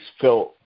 felt